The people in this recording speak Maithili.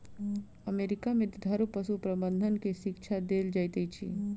अमेरिका में दुधारू पशु प्रबंधन के शिक्षा देल जाइत अछि